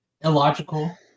illogical